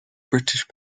british